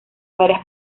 varias